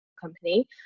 company